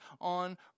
on